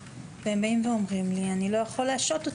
והם אומרים לי אני לא יכול להשעות אותו.